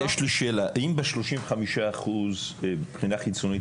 יש לי שאלה: אם ב-35% בבחינה החיצונית,